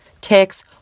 ticks